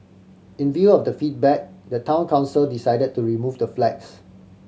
in view of the feedback the Town Council decided to remove the flags